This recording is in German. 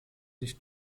nicht